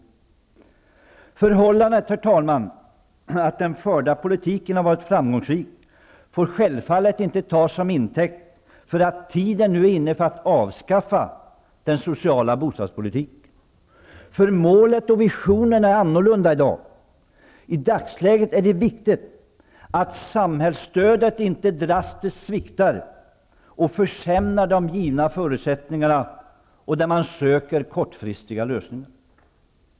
Det förhållandet att den förda politiken har varit framgångsrik får självfallet inte tas till intäkt för att tiden nu är inne att avskaffa den sociala bostadspolitiken. Målet och visionerna är annorlunda i dag. I dagsläget är det viktigt att samhällsstödet inte drastiskt sviktar och försämrar de givna förutsättningarna, att man inte söker kortfristiga lösningar.